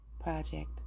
Project